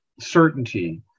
certainty